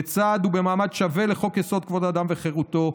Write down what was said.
לצד ובמעמד שווה לחוק-יסוד: כבוד האדם וחירותו.